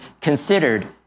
considered